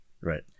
Right